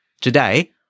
Today